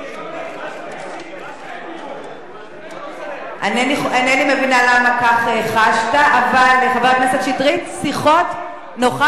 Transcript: התווכחתי עם חברה שלי לסיעה ואמרתי: דין שווה